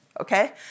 okay